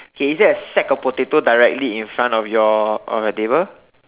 he isn't a sack of potato directly in front of your of your table